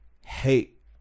hate